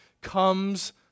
comes